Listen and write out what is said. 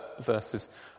verses